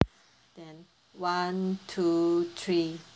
then one two three